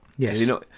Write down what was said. Yes